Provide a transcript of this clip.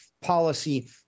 policy